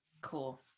Cool